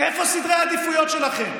איפה סדרי העדיפויות שלכם?